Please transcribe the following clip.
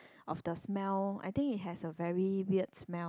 of the smell I think it has a very weird smell